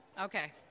Okay